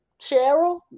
Cheryl